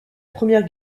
première